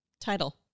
title